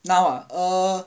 now ah err